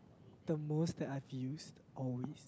the most that I've used always